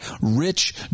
rich